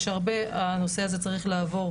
הנושא הזה צריך לעבור,